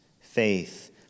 faith